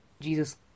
Jesus